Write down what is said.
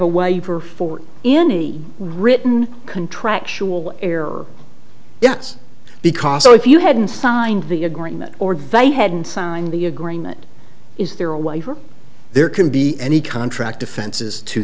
a waiver for any written contractual error yes because if you hadn't signed the agreement or vai hadn't signed the agreement is there a way for there can be any contract offenses to